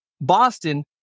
Boston